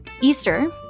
Easter